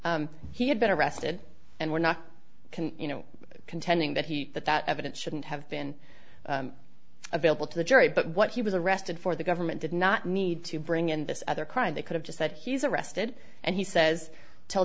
for he had been arrested and were not can you know contending that he that that evidence shouldn't have been available to the jury but what he was arrested for the government did not need to bring in this other crime they could have just said he's arrested and he says